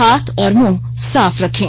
हाथ और मुंह साफ रखें